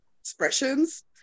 expressions